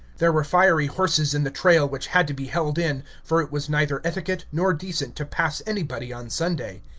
there were fiery horses in the trail which had to be held in, for it was neither etiquette nor decent to pass anybody on sunday.